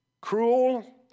cruel